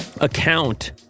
account